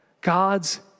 God's